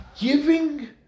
giving